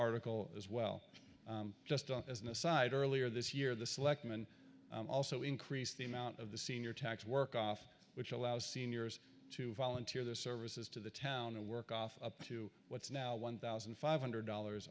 article as well just as an aside earlier this year the selectmen also increased the amount of the senior tax work off which allow seniors to volunteer their services to the town and work off up to what's now one thousand five hundred dollars